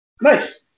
Nice